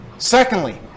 Secondly